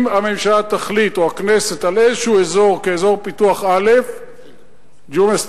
אם הממשלה או הכנסת יחליטו על איזה אזור כאזור פיתוח א' ג'ומס,